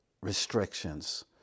restrictions